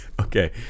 Okay